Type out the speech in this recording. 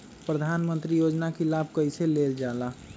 प्रधानमंत्री योजना कि लाभ कइसे लेलजाला?